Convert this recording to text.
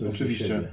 Oczywiście